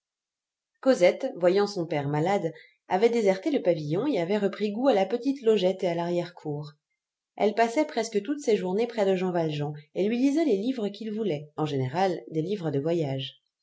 cosette voyant son père malade avait déserté le pavillon et avait repris goût à la petite logette et à larrière cour elle passait presque toutes ses journées près de jean valjean et lui lisait les livres qu'il voulait en général des livres de voyages